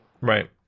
Right